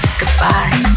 goodbye